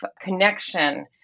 connection